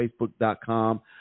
facebook.com